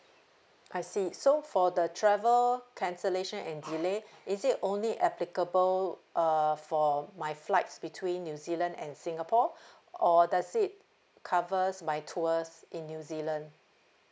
I see so for the travel cancellation and delay is it only applicable uh for my flights between new zealand and singapore or does it covers my tours in new zealand